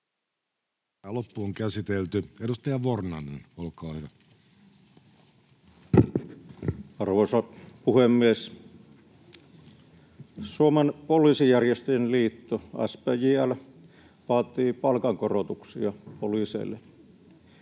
myös suhtautua niin. Edustaja Vornanen, olkaa hyvä. Arvoisa puhemies! Suomen Poliisijärjestöjen Liitto SPJL vaatii palkankorotuksia poliiseille.